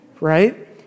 right